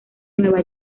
nueva